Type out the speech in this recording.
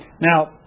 Now